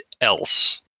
else